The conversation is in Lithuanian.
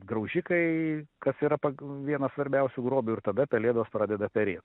graužikai kas yra vieną svarbiausių grobių ir tada pelėdos pradeda perėt